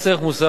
מס ערך מוסף,